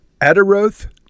Adaroth